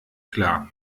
klar